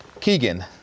Keegan